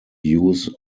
use